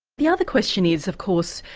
the other question is, of course,